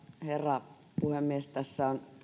herra puhemies tässä on